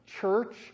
church